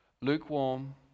lukewarm